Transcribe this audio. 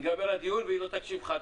הדיון ייגמר והיא לא תקשיב לך.